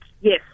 Yes